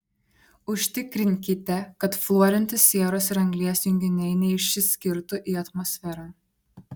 užtikrinkite kad fluorinti sieros ir anglies junginiai neišsiskirtų į atmosferą